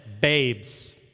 babes